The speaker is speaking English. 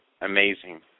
amazing